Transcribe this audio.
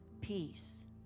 Peace